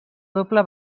doble